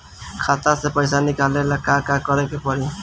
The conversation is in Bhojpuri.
खाता से पैसा निकाले ला का का करे के पड़ी?